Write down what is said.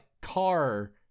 car